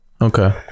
Okay